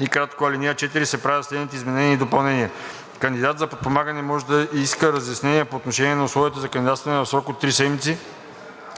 47яй, ал. 4 се правят следните изменения и допълнения: „Кандидат за подпомагане може да иска разяснения по отношение на условията за кандидатстване в срок до три седмици